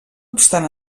obstant